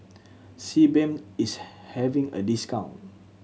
sebamed is having a discount